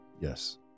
yes